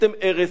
עשיתם הרס.